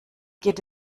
geht